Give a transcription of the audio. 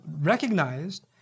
recognized